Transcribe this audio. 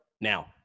now